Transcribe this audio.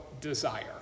desire